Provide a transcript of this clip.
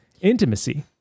intimacy